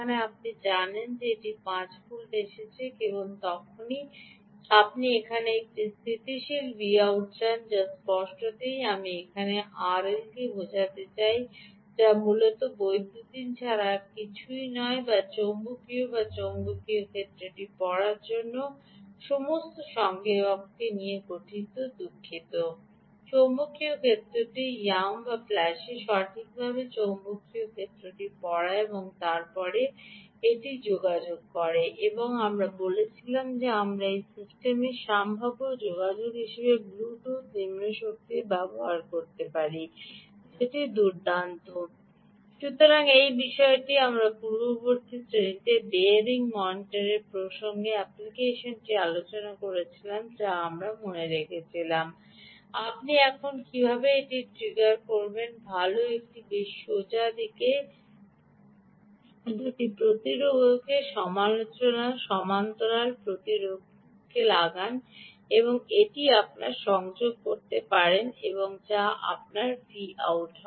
একবার আপনি জানেন যে এটি 5 ভোল্টে এসেছে কেবল তখনই আপনি এখানে একটি স্থিতিশীল Vout চান যা স্পষ্টতই আমি এখানে আরএলকে বোঝাতে চাই যা মূলত বৈদ্যুতিন ছাড়া কিছুই নয় যা আমরা চৌম্বকীয় ক্ষেত্রটি চৌম্বকীয় পড়ার জন্য সমস্ত সংবেদককে নিয়ে গঠিত দুঃখিত চৌম্বকীয় ক্ষেত্রটি র্যাম বা ফ্ল্যাশে সঠিকভাবে চৌম্বকীয় ক্ষেত্রটি পড়া এবং তারপরে একটি যোগাযোগ করে এবং আমরা বলেছিলাম যে আমরা এই সিস্টেমের সম্ভাব্য যোগাযোগ হিসাবে ব্লুটুথ নিম্ন শক্তি ব্যবহার করতে পারি দুর্দান্ত সুতরাং এই বিষয়টি আমরা আমাদের পূর্ববর্তী শ্রেণিতে বিয়ারিং মনিটরিং প্রকল্পের অ্যাপ্লিকেশনটিতে আলোচনা করেছি যা আমরা মনে রেখেছিলাম আপনি এখন কীভাবে এটি ট্রিগার করবেন ভাল এটি বেশ সোজা এগিয়ে ডান দুটি প্রতিরোধকের ওফ সমান্তরাল দুটি প্রতিরোধকের লাগান এবং এটি আপনার সংযোগ করতে পারেন যা আপনার আউট